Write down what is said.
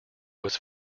was